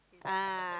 ah